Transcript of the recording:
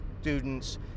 students